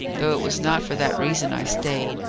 though it was not for that reason i stayed,